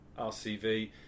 RCV